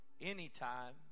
anytime